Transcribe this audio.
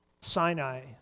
Sinai